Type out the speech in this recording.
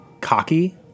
cocky